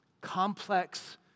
Complex